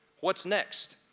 what's next?